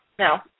No